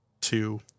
two